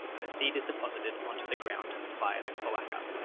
and the seed is deposited onto the ground via the cloaca.